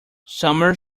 summer